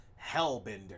Hellbender